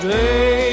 day